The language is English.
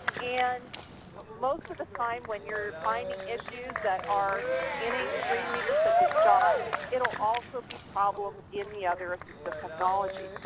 and most of the time when you're fighting issues that are in a screen reader such as jaws it will also be problem and the other assistive technology.